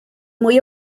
mwy